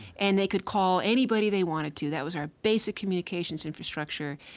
and they could call anybody they wanted to. that was our basic communications infrastructure.